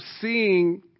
seeing